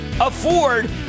afford